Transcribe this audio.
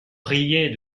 riait